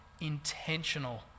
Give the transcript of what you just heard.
intentional